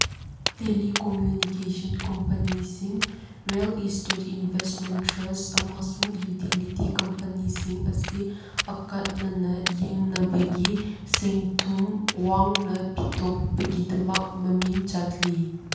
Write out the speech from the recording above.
telecommunication ꯀꯣꯝꯄꯅꯤꯁꯤꯡ real estate investment trust ꯑꯃꯁꯨꯡ utility ꯀꯝꯄꯅꯤꯁꯤꯡ ꯑꯁꯤ ꯑꯀꯛꯅꯅ ꯌꯦꯡꯅꯕꯒꯤ ꯁꯦꯟꯊꯨꯡ ꯋꯥꯡꯅ ꯄꯤꯊꯣꯛꯄꯒꯤꯗꯃꯛ ꯃꯃꯤꯡ ꯆꯠꯂꯤ